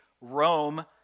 Rome